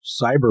cyber